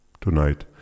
tonight